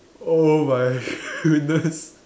oh my goodness